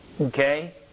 okay